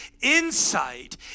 insight